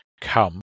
come